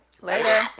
Later